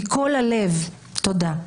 מכל הלב, תודה.